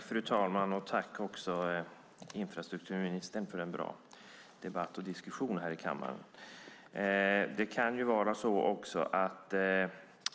Fru talman! Jag tackar infrastrukturministern för en bra debatt och diskussion här i kammaren.